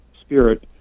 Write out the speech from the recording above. spirit